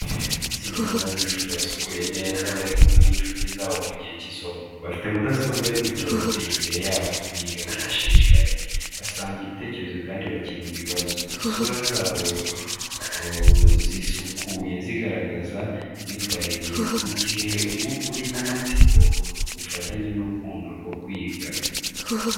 Itsinda ry’abanyeshuri basukuye neza bari kumwe n’inshuti zabo mu gihe cy’isomo. Bafite mudasobwa n’ibitabo imbere yabo, biga bishishikaye, basangira ibitekerezo kandi bakemura ibibazo. Isura zabo zisukuye zigaragaza imyitwarire myiza, mu gihe umwuka urimo amatsiko, ubufatanye n’urukundo rwo kwiga.